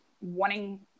wanting